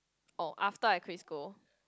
oh after I quit school